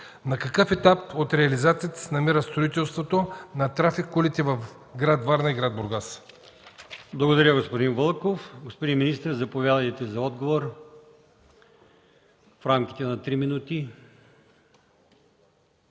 на какъв етап от реализацията се намира строителството на трафик кулите в гр. Варна и гр. Бургас?